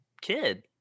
kid